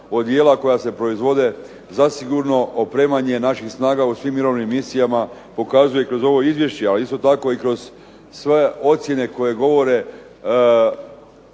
odijela koja se proizvode zasigurno opremanje naših snaga u svim mirovnim misijama pokazuje kroz ovo Izvješće, ali isto tako kroz sve ocjene koje govore